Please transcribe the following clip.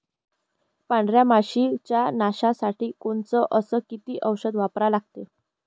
पांढऱ्या माशी च्या नाशा साठी कोनचं अस किती औषध वापरा लागते?